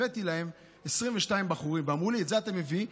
הבאתי להם 22 בחורים, ואמרו לי: את זה אתה מביא?